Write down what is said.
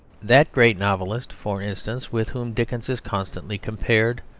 that great novelist, for instance, with whom dickens is constantly compared,